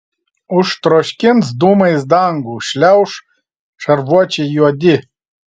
užtroškins dūmais dangų šliauš šarvuočiai juodi